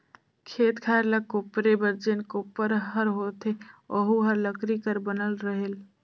खेत खायर ल कोपरे बर जेन कोपर हर होथे ओहू हर लकरी कर बनल रहेल